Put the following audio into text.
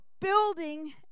building